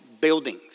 buildings